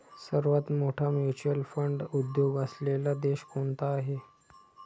सर्वात मोठा mutual fund उद्योग असलेला देश कोणता आहे?